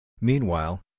Meanwhile